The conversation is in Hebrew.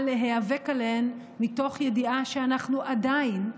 להיאבק עליהן מתוך ידיעה שאנחנו עדיין,